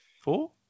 four